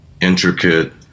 intricate